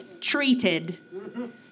treated